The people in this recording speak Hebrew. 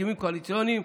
הסכמים קואליציוניים.